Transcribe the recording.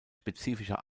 spezifischer